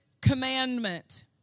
commandment